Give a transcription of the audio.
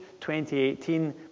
2018